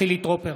חילי טרופר,